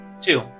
Two